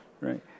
Right